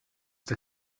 der